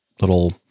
little